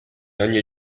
ogni